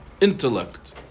intellect